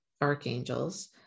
archangels